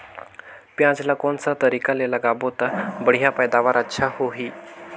पियाज ला कोन सा तरीका ले लगाबो ता बढ़िया पैदावार अच्छा होही?